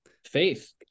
faith